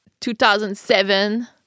2007